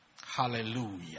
Hallelujah